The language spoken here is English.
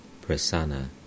Prasanna